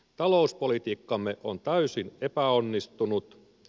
talouspolitiikkamme on täysin epäonnistunut